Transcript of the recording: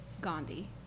Gandhi